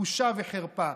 בושה וחרפה.